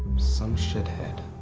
some shithead.